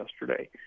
yesterday